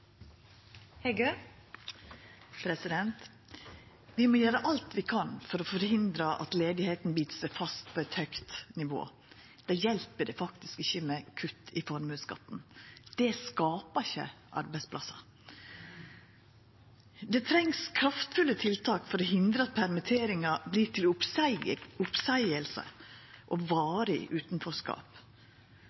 Vi må gjera alt vi kan for å forhindra at ledigheita bit seg fast på eit høgt nivå. Då hjelper det faktisk ikkje med kutt i formuesskatten. Det skapar ikkje arbeidsplassar. Det trengst kraftfulle tiltak for å hindra at permitteringar vert til oppseiingar og varig utanforskap.